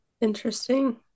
interesting